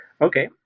Okay